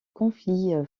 conflits